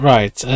Right